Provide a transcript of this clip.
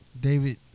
David